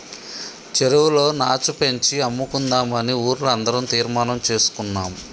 చెరువులో నాచు పెంచి అమ్ముకుందామని ఊర్లో అందరం తీర్మానం చేసుకున్నాం